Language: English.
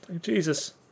Jesus